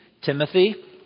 Timothy